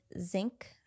zinc